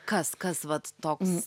kas kas vat toks